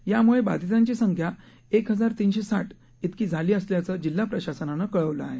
यामुळे बाधितांची संख्या एक हजार तीनशे साठ त्रेकी झाली असल्याचं जिल्हा प्रशासनानं कळवलं आहे